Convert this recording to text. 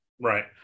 Right